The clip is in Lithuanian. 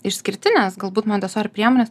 išskirtinės galbūt montesori priemonės